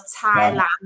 Thailand